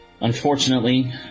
Unfortunately